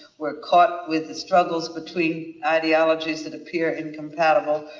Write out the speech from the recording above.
we're caught with the struggles between ideologies that appear incompatible.